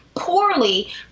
Poorly